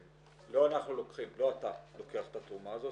לא אתה לוקח את התרומה הזו.